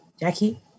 Jackie